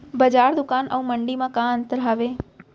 बजार, दुकान अऊ मंडी मा का अंतर हावे?